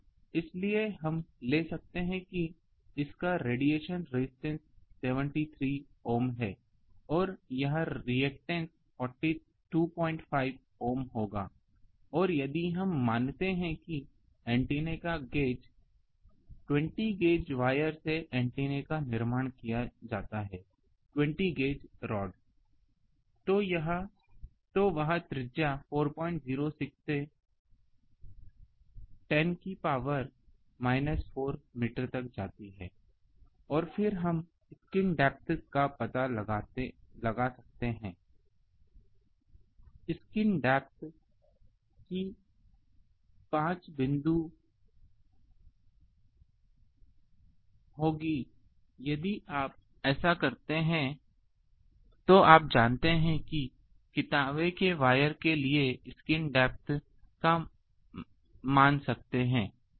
तो इसलिए हम ले सकते हैं कि इसका रेडिएशन रेजिस्टेंस 73 ohm है और यह रेअक्टेंस 425 ohm होगा और यदि हम मानते हैं कि एंटीना का गेज 20 गेज वायर से एंटीना का निर्माण किया जाता है 20 गेज रॉड तो वह त्रिज्या 406 से 10 की पावर 4 मीटर तक निकल जाती है और फिर हम स्किन डेप्थ का पता लगा सकते हैं स्किन डेप्थ की 5 बिंदु होगी यदि आप ऐसा करते हैं तो आप जानते हैं कितांबे के वायर के लिए स्किन डेप्थ मान जानते हैं